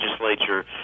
legislature